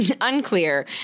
Unclear